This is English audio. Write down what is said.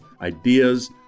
ideas